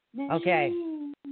Okay